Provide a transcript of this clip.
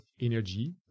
energy